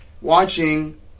watching